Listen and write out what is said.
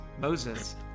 Moses